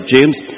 James